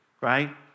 right